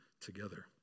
together